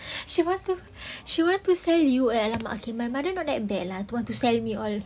she want to she want to sell you at !alamak! okay my mother not that bad lah want to sell me all